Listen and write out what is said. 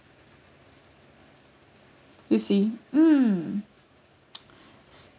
you see mm